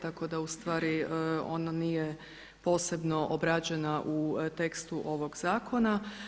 Tako da u stvari ona nije posebno obrađena u tekstu ovog zakona.